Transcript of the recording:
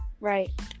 right